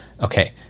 Okay